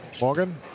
Morgan